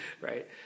right